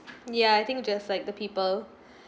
ya I think just like the people